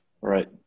Right